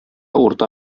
урта